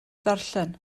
ddarllen